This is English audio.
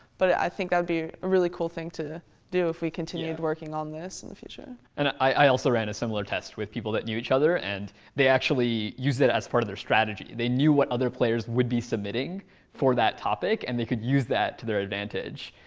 but i think that would be a really cool thing to do, if we continued working on this in the future and i also ran a similar test with people that knew each other. and they actually used it as part of their strategy. they knew what other players would be submitting for that topic. and they could use that to their advantage.